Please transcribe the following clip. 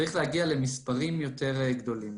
צריך להגיע למספרים יותר גדולים.